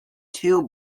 two